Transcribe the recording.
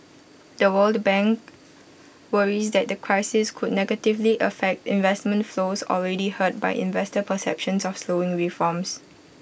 the world bank worries that the crisis could negatively affect investment flows already hurt by investor perceptions of slowing reforms